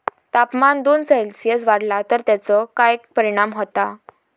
तापमान दोन सेल्सिअस वाढला तर तेचो काय परिणाम होता?